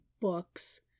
books